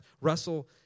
Russell